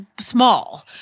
small